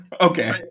Okay